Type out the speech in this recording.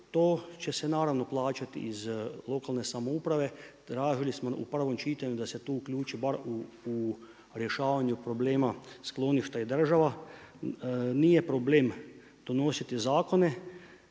To će se naravno plaćati iz lokalne samouprave. Tražili smo u prvom čitanju, da se tu uključi bar u rješavanju problema, skloništa i država. Nije problem donositi zakone